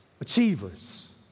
achievers